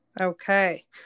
Okay